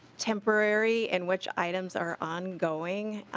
temporary in which items are ongoing.